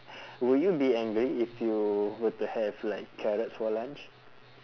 will you be angry if you were to have like carrots for lunch